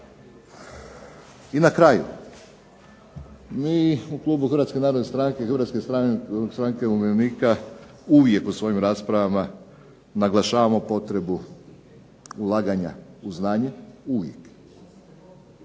narodne stranke i Hrvatske stranke umirovljenika uvijek u svojim raspravama naglašavamo potrebu ulaganja u znanje. Uvijek.